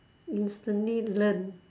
instantly learn